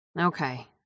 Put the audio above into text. Okay